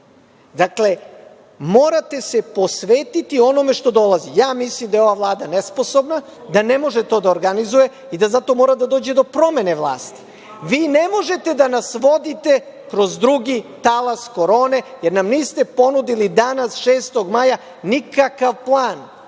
stanje. Dakle, morate se posvetiti onome što dolazi. Ja mislim da je ova Vlada nesposobna, da ne može to da organizuje i da zato mora da dođe do promene vlasti. Vi ne možete da nas vodite kroz drugi talas Korone, jer nam niste ponudili danas 6. maja nikakav plan.